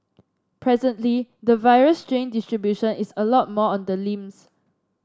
presently the virus strain distribution is a lot more on the limbs